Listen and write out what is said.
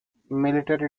military